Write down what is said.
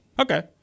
Okay